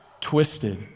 twisted